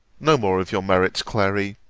no more of your merits, clary!